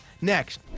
Next